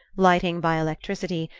lighting by electricity,